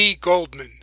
Goldman